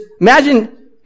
Imagine